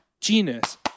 Genus